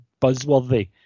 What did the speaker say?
buzzworthy